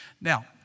Now